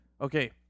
Okay